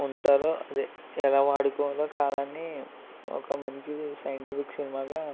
ఉంచాలో అదే ఎలా వాడుకోవాలో కాలాన్ని ఒక మంచి సైంటిఫిక్ సినిమాగా